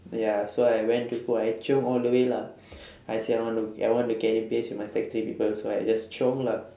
ya so I went to go I chiong all the way lah I say I want to I want to get in pace with my sec three people so I just chiong lah